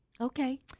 okay